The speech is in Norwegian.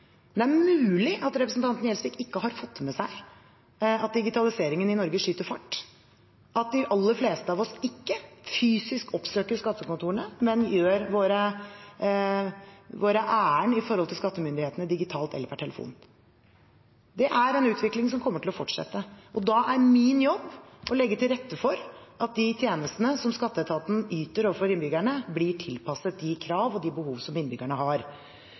Det er mulig at representanten Gjelsvik ikke har fått med seg at digitaliseringen i Norge skyter fart, at de aller fleste av oss ikke fysisk oppsøker skattekontorene, men gjør våre ærend overfor skattemyndighetene digitalt eller per telefon. Det er en utvikling som kommer til å fortsette. Da er min jobb å legge til rette for at de tjenestene som skatteetaten yter overfor innbyggerne, blir tilpasset de krav og de behov som innbyggerne har.